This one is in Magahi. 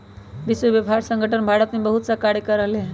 विश्व व्यापार संगठन भारत में बहुतसा कार्य कर रहले है